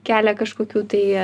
kelia kažkokių tai